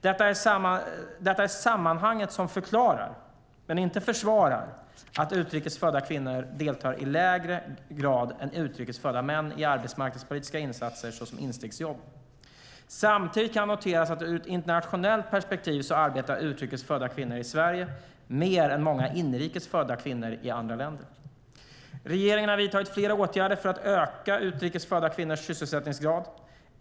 Detta är sammanhanget som förklarar, men inte försvarar, att utrikes födda kvinnor deltar i lägre grad än utrikes födda män i arbetsmarknadspolitiska insatser såsom instegsjobb. Samtidigt kan noteras att ur ett internationellt perspektiv arbetar utrikes födda kvinnor i Sverige mer än många inrikes födda kvinnor i andra länder. Regeringen har vidtagit flera åtgärder för att öka utrikes födda kvinnors sysselsättningsgrad.